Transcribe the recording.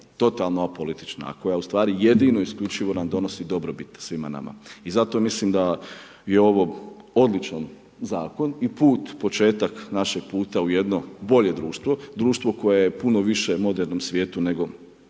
totalno apolitična a koja ustvari jedino i isključivo nam donosi dobrobit svima nama. I zato mislim da je ovo odličan zakon i put, početak našeg puta u jedno bolje društvo. Društvo koje je puno više u modernom svijetu nego